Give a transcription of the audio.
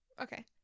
Okay